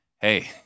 hey